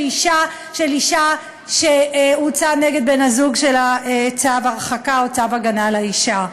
אישה שהוצא נגד בן-הזוג שלה צו הרחקה או צו הגנה על האישה.